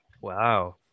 Wow